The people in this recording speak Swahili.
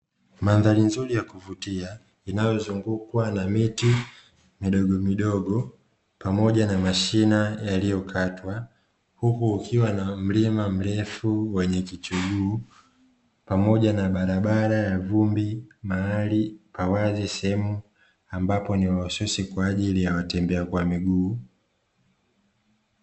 Mandhari nzuri ya kuvutia inayozungukwa na miti midogomidogo pamoja na mashina yaliyokatwa huku kukiwa na mlima mrefu wenye kichuguu pamoja na barabara ya vumbi, mahali pawazi sehemu ambapo ni mahususi kwa ajili ya watembea kwa miguu.